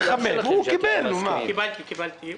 קיבלתי.